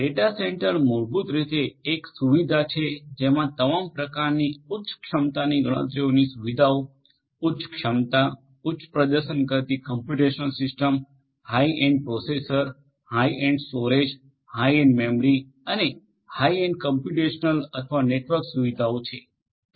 data centre મૂળભૂત રીતે એક સુવિધા છે જેમાં તમામ પ્રકારની ઉચ્ચ ક્ષમતાની ગણતરીની સુવિધાઓ ઉચ્ચ ક્ષમતા ઉચ્ચ પ્રદર્શન કરતી computational systems high end processor high end storage high end memory અને હાઇ એન્ડ કોમ્પ્યુટેશનલ અથવા નેટવર્ક સુવિધાઓ છે